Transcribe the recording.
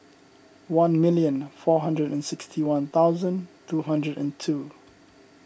one million four hundred and sixty one thousand two hundred and two